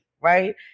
Right